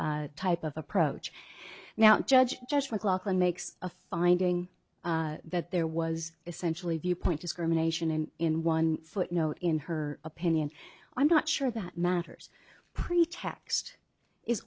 c type of approach now judge judge mclaughlin makes a finding that there was essentially viewpoint discrimination and in one footnote in her opinion i'm not sure that matters pretext is